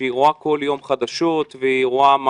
שהיא רואה כל יום חדשות והיא רואה מה